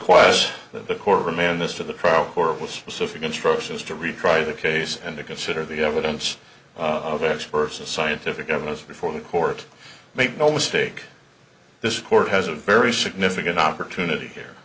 that the court remand this to the trial court with specific instructions to retry the case and to consider the evidence of experts and scientific evidence before the court make no mistake this court has a very significant opportunity here